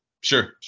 Sure